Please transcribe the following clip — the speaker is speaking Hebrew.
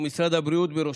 ומשרד הבריאות בראשה,